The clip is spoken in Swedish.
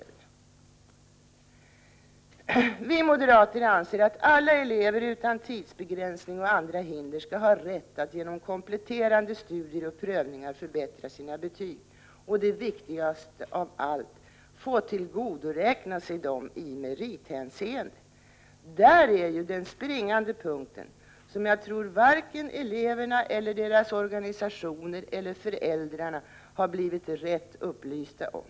Vi moderater anser att alla elever utan tidsbegränsning och andra hinder skall ha rätt att genom kompletterande studier och prövningar förbättra sina betyg — och det viktigaste av allt — få tillgodoräkna sig dem i merithänseende. Där är ju den springande punkten, som jag tror varken eleverna, deras organisationer eller föräldrarna har blivit rätt upplysta om.